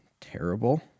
terrible